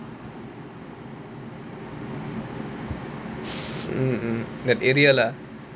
mm mm that area lah